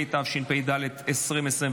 התשפ"ד 2024,